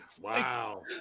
Wow